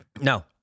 no